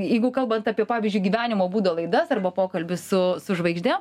jeigu kalbant apie pavyzdžiui gyvenimo būdo laidas arba pokalbius su su žvaigždėm